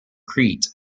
crete